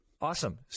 Awesome